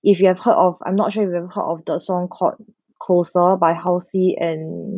if you have heard of I'm not sure if you've heard of the song called closer by halsey and